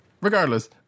Regardless